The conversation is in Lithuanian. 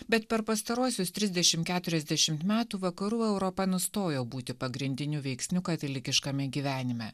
bet per pastaruosius trisdešim keturiasdešimt metų vakarų europa nustojo būti pagrindiniu veiksniu katalikiškame gyvenime